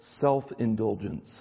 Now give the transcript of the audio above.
self-indulgence